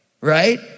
right